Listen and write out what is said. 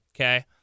Okay